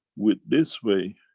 with this way,